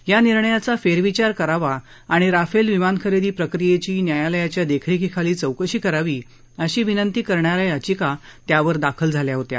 या निर्णयाचा फेरविचार करावा आणि राफेल विमानखरेदी प्रक्रियेची न्यायालयाच्या देखरेखीखाली चौकशी करावी अशी विनंती करणाऱ्या याचिका त्यावर दाखल झाल्या होत्या